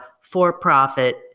for-profit